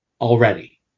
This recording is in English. already